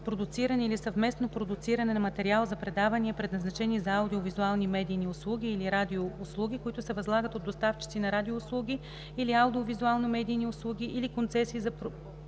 или съвместно продуциране на материал за предавания, предназначени за аудио-визуални медийни услуги или радиоуслуги, които се възлагат от доставчици на радиоуслуги или аудио-визуални медийни услуги, или концесии за